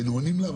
היינו עונים לה,